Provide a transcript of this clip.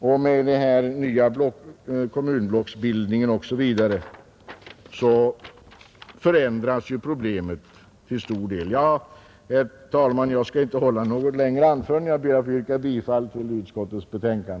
Och med den nya kommunblocksbildningen förändrar sig problemet ganska mycket. Herr talman! Jag skall inte hålla något längre anförande utan ber att få yrka bifall till utskottets hemställan.